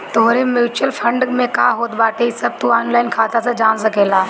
तोहरे mutual fund में का होत बाटे इ सब तू ऑनलाइन खाता से जान सकेला